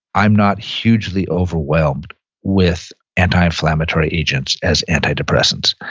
i'm not hugely overwhelmed with anti-inflammatory agents as antidepressants,